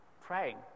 praying